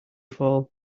fall